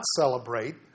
celebrate